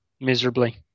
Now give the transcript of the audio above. Miserably